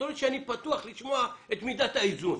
לשמוע את מידת האיזון.